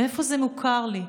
מאיפה זה מוכר לי,